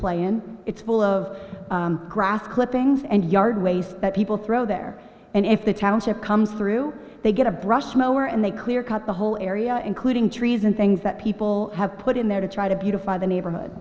play in it's full of grass clippings and yard waste that people throw there and if the township comes through they get a brush mower and they clear cut the whole area including trees and things that people have put in there to try to beautify the neighborhood